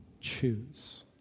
choose